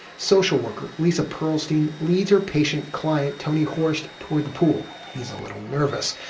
social worker lisa pearlstein leads her patient-client tony horst toward the pool. he's a little nervous.